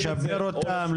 לשפר אותם?